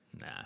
Nah